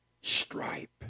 stripe